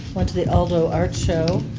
went to the aldo art show.